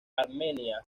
armenia